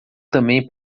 também